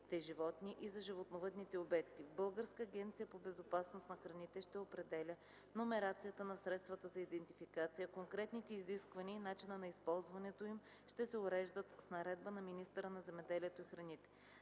животни и за животновъдните обекти. Българската агенция за безопасност на храните ще определя номерацията на средствата за идентификация, а конкретните изисквания и начина на използването им ще се уреждат с наредба на министъра на земеделието и храните.